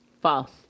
False